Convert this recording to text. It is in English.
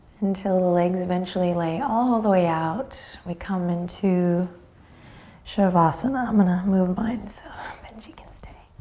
until the legs eventually lay all the way out. we come in to shavasana. i'm gonna move mine so benji can stay.